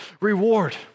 reward